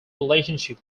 relationship